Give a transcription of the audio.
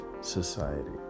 society